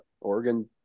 Oregon